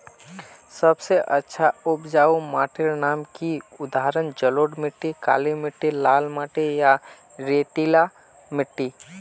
सबसे अच्छा उपजाऊ माटिर नाम की उदाहरण जलोढ़ मिट्टी, काली मिटटी, लाल मिटटी या रेतीला मिट्टी?